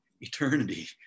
eternity